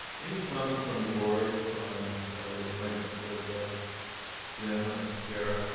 any comments from the board on the appointments of jim or kara?